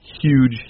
huge